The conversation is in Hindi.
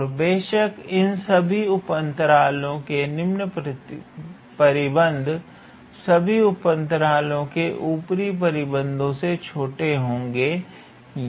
और बेशक इन सभी उप अंतरालों पर निम्न परिबद्ध सभी उप अंतरालों के ऊपरी परिबद्धों से छोटे होंगे